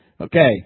Okay